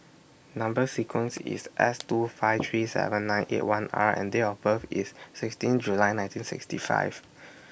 Number sequence IS S two five three seven nine eight one R and Date of birth IS sixteen July nineteen sixty five